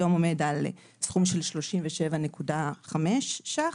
היום עומד על סכום של 37.5 שקלים,